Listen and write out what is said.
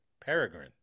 Peregrine